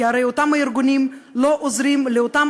כי הרי אותם הארגונים לא עוזרים לאותם